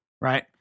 right